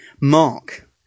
Mark